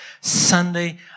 Sunday